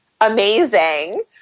amazing